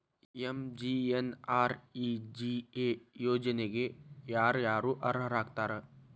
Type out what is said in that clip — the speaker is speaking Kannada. ಎಂ.ಜಿ.ಎನ್.ಆರ್.ಇ.ಜಿ.ಎ ಯೋಜನೆಗೆ ಯಾರ ಯಾರು ಅರ್ಹರು ಆಗ್ತಾರ?